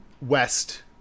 west